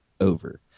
over